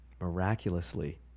Miraculously